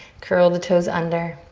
curl the toes under.